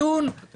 11:31.